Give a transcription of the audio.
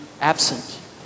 absent